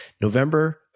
November